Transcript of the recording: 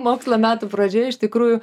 mokslo metų pradžioje iš tikrųjų